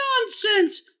Nonsense